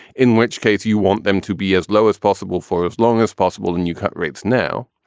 in which case you want them to be as low as possible for as long as possible, then you cut rates now?